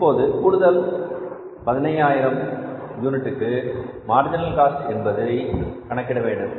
இப்போது கூடுதல் பதினையாயிரம் யூனிட்டுக்கு மார்ஜினல் காஸ்ட் என்பதை கணக்கிட வேண்டும்